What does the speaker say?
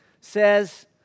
says